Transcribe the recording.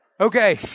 Okay